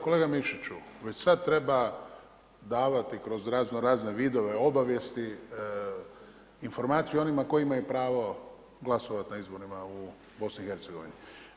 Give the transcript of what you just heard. Kolega Mišiću, već sada treba davati kroz razno razne vidove, obavijesti informaciju onima koji imaju pravo glasovati na izborima u BiH-a.